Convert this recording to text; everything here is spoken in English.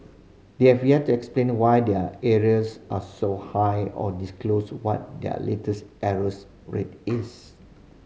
they have yet to explain why their arrears are so high or disclose what their latest arrears rate is